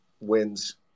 wins